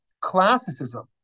classicism